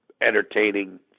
entertaining